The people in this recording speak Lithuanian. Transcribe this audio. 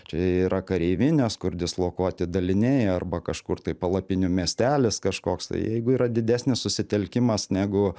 čia yra kareivinės kur dislokuoti daliniai arba kažkur tai palapinių miestelis kažkoks tai jeigu yra didesnis susitelkimas negu